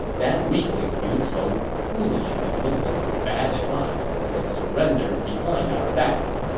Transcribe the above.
that weakling liu cong foolishly listened to bad advice and surrendered behind our backs,